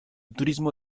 turismo